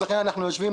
לכן אנחנו יושבים פה.